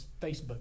Facebook